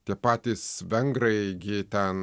tie patys vengrai gi ten